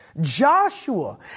Joshua